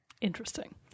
Interesting